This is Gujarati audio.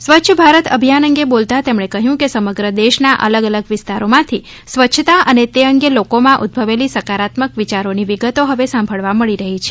સ્વચ્છ ભારત અભિયાન અંગે બોલતાં તેમણે કહયું કે સમગ્ર દેશના અલગ અલગ વિસ્તારોમાંથી સ્વ છતા અને તે અંગે લોકોમાં ઉદભવેલી સકારાત્મક વિયારોની વિગતો હવે સાંભળવા મળી રહી છે